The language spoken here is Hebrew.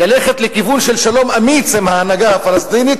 ללכת לכיוון של שלום אמיץ עם ההנהגה הפלסטינית